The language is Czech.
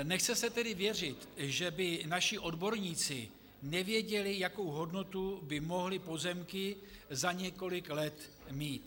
Nechce se tedy věřit, že by naši odborníci nevěděli, jakou hodnotu by mohly pozemky za několik let mít.